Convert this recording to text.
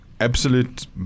absolute